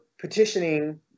petitioning